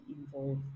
involve